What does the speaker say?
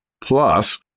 Plus